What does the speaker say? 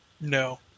No